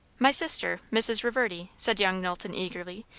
my sister, mrs. reverdy, said young knowlton eagerly,